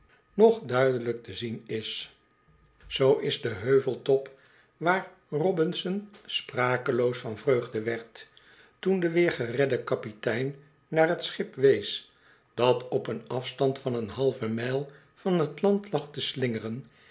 nog duidelijk te zien is zoo is de heuveltop waar robinson sprakeloos van vreugde werd toen de weer geredde kapitein naar t schip wees dat op een afstand van een halve mijl van t land lag te slingeren